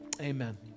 Amen